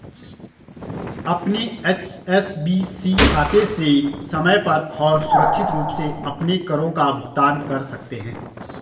अपने एच.एस.बी.सी खाते से समय पर और सुरक्षित रूप से अपने करों का भुगतान कर सकते हैं